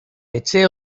etxe